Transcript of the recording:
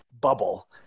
bubble